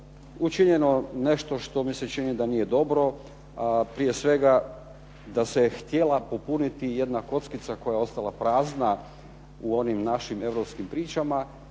učinjeno nešto što mi se čini da nije dobro, a prije svega da se htjela popuniti jedna kockica koja je ostala prazna u onim našim europskim pričama